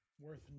worth